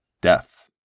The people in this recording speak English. death